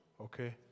Okay